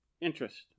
Interest